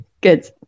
Good